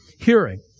Hearing